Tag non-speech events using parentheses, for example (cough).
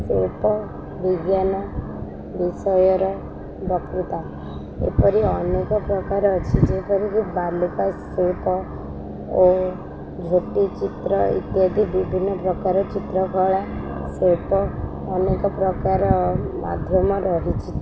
ଶିଳ୍ପ ବିଜ୍ଞାନ ବିଷୟର (unintelligible) ଏପରି ଅନେକ ପ୍ରକାର ଅଛି ଯେପରିକି ବାଲିକା ଶିଳ୍ପ ଓ ଝୋଟି ଚିତ୍ର ଇତ୍ୟାଦି ବିଭିନ୍ନ ପ୍ରକାର ଚିତ୍ରକଳା ଶିଳ୍ପ ଅନେକ ପ୍ରକାର ମାଧ୍ୟମ ରହିଛି